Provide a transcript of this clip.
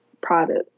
product